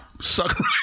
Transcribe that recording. Suck